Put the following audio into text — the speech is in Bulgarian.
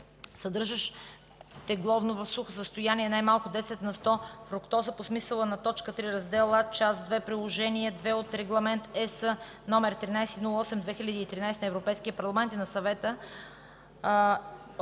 съдържащ тегловно в сухо състояние най-малко 10 на сто фруктоза, по смисъла на т. 3, Раздел А, част 2, Приложение II от Регламент (ЕС) № 1308/2013 на Европейския парламент и на Съвета